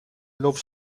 love